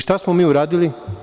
Šta smo mi uradili?